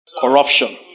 corruption